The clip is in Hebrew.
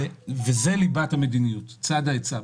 וזאת ליבת המדיניות צד ההיצע.